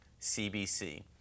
CBC